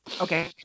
Okay